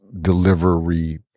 delivery